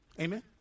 Amen